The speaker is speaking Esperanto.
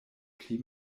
pli